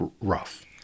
rough